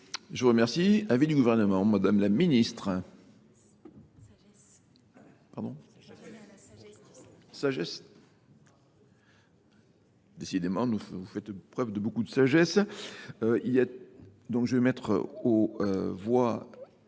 Je vous remercie. Avis du Avis du gouvernement, Madame la Ministre. Sagesse. Décidément, vous faites preuve de beaucoup de sagesse. Je vais mettre aux voix